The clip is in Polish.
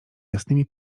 jasnymi